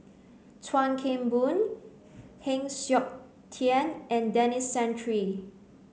Chuan Keng Boon Heng Siok Tian and Denis Santry